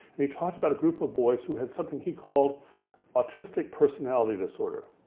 and he talked about a group of boys who had something he called autistic personality disorder.